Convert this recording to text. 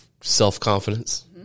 self-confidence